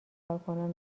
کارکنان